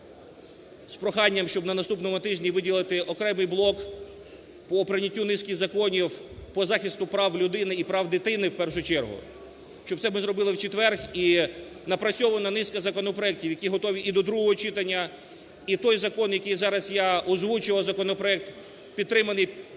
з проханням, щоб на наступному тижні виділити окремий блок по прийняттю низки законів, по захисту прав людини і прав дитини, в першу чергу. Щоб це ми зробили в четвер. І напрацьована низка законопроектів, які готові і до другого читання, і той закон, який я зараз озвучував, законопроект підтриманий